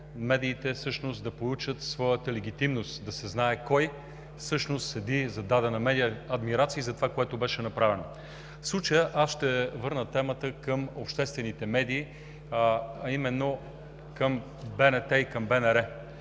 медиите да получат своята легитимност, да се знае кой всъщност седи зад дадена медия. Адмирации за това, което беше направено. В случая аз ще върна темата към обществените медии, а именно към БНТ и БНР.